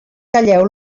talleu